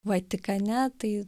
vatikane tai